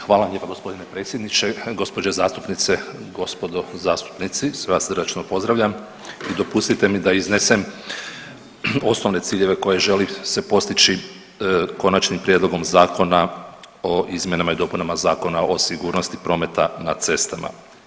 Hvala vam lijepo g. predsjedniče, gđe. zastupnice, gospodo zastupnici, sve vas srdačno pozdravljam i dopustite mi da iznesem osnovne ciljeve koji želi se postići konačnim prijedlogom zakona o izmjenama i dopunama Zakona o sigurnosti prometa na cestama.